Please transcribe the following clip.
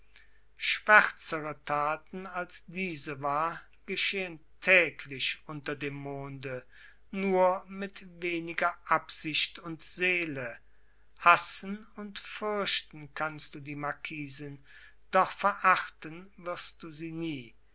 schwärzere taten als diese war geschehen täglich unter dem monde nur mit weniger absicht und seele hassen und fürchten kannst du die marquisin doch verachten wirst du sie nie